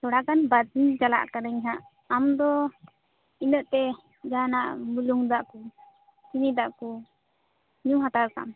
ᱛᱷᱚᱲᱟᱜᱟᱱ ᱵᱟᱫᱽ ᱨᱤᱧ ᱪᱟᱞᱟᱜ ᱠᱟᱹᱱᱟᱹᱧ ᱦᱟᱸᱜ ᱟᱢ ᱫᱚ ᱤᱱᱟᱹᱜ ᱛᱮ ᱡᱟᱦᱟᱱᱟᱜ ᱵᱩᱞᱩᱝ ᱫᱟᱜ ᱠᱚ ᱪᱤᱱᱤ ᱫᱟᱜ ᱠᱚ ᱧᱩ ᱦᱟᱛᱟᱲ ᱠᱟᱜᱢᱮ